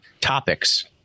topics